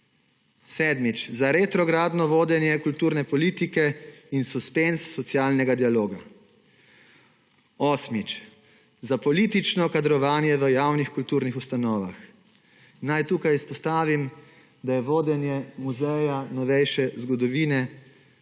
Sedmič, za retrogradno vodenje kulturne politike in suspenz socialnega dialoga. Osmič, za politično kadrovanje v javnih kulturnih ustanovah. Naj tukaj izpostavim, da je vodenje muzeja novejše zgodovine prevzel